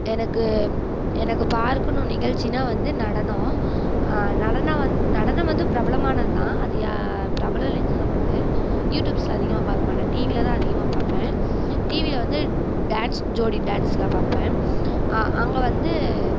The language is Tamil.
எனக்கு எனக்கு பார்க்கணும்னு நிகழ்ச்சின்னா வந்து நடனம் நடனம் வந்து நடனம் வந்து பிரபலமானதுதான் அது பிரபலம் இல்லைன்னு சொல்லமாட்டேன் யூடியூப்ஸில் அதிகமாக பார்க்க மாட்டேன் டிவியில் தான் அதிகமாக பார்ப்பேன் டிவியில் வந்து டான்ஸ் ஜோடி டான்ஸில் பார்ப்பேன் அங்கே வந்து